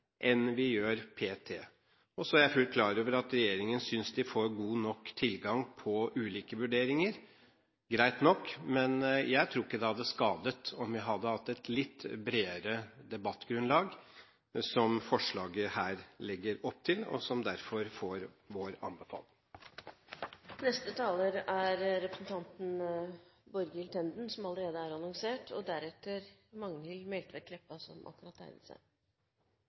enn vi gjør p.t. Jeg er fullt klar over at regjeringen synes at den får god nok tilgang på ulike vurderinger. Greit nok. Men jeg tror ikke det hadde skadet om vi hadde hatt et litt bredere debattgrunnlag, som dette forslaget legger opp til, og som derfor får vår anbefaling. Jeg skal ikke gjenta det som er sagt før, men gå rett på sak. I innstillingen skriver regjeringspartiene selv at dette er et område som